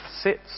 sits